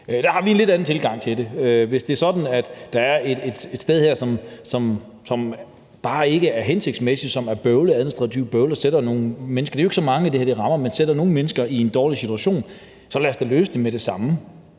til det en lidt anden. Hvis det er sådan, at det her bare ikke er hensigtsmæssigt og det er administrativt bøvlet og sætter nogle mennesker – det er jo ikke så mange, det her rammer – i en dårlig situation, så lad os da løse det med det samme,